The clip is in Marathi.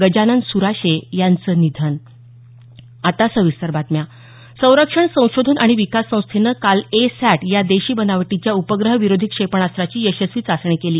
गजानन सुराशे यांचं निधन संरक्षण संशोधन आणि विकास संस्थेनं काल ए सॅट या देशी बनावटीच्या उपग्रह विरोधी क्षेपणास्त्राची यशस्वी चाचणी केली